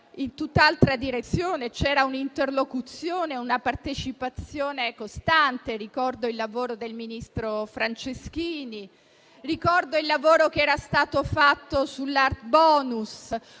in tutt'altra direzione, e c'erano un'interlocuzione e una partecipazione costante. Ricordo il lavoro del ministro Franceschini. Ricordo il lavoro che era stato fatto sull'*art* *bonus*